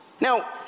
Now